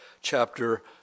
chapter